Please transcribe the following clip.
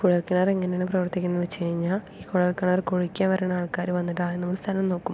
കുഴൽക്കിണർ എങ്ങനെയാണ് പ്രവർത്തിക്കുന്നതെന്ന് വെച്ച് കഴിഞ്ഞാൽ ഈ കുഴൽ കിണർ കുഴിക്കാൻ വരണ ആൾക്കാർ വന്നിട്ട് ആദ്യം നമ്മുടെ സ്ഥലം നോക്കും